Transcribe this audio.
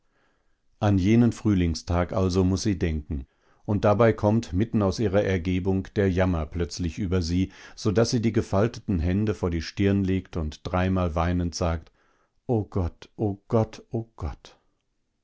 an jenen frühlingstag also muß sie denken und dabei kommt mitten aus ihrer ergebung der jammer plötzlich über sie so daß sie die gefalteten hände vor die stirn legt und dreimal weinend sagt o gott o gott o gott